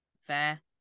Fair